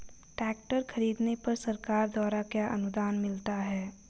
Tractor खरीदने पर सरकार द्वारा क्या अनुदान मिलता है?